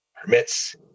permits